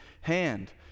hand